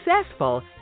successful